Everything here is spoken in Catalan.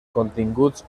continguts